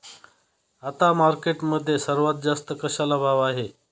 आता मार्केटमध्ये सर्वात जास्त कशाला भाव आहे?